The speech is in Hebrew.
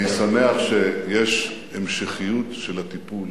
אני שמח שיש המשכיות של הטיפול.